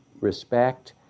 respect